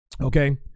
okay